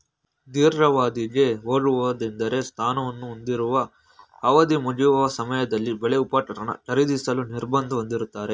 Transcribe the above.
ದೀರ್ಘಾವಧಿಗೆ ಹೋಗುವುದೆಂದ್ರೆ ಸ್ಥಾನವನ್ನು ಹೊಂದಿರುವ ಅವಧಿಮುಗಿಯುವ ಸಮಯದಲ್ಲಿ ಬೆಲೆ ಉಪಕರಣ ಖರೀದಿಸಲು ನಿರ್ಬಂಧ ಹೊಂದಿರುತ್ತಾರೆ